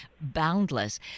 boundless